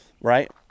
right